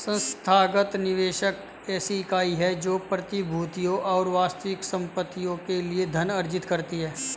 संस्थागत निवेशक ऐसी इकाई है जो प्रतिभूतियों और वास्तविक संपत्तियों के लिए धन अर्जित करती है